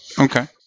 Okay